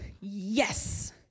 yes